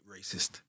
racist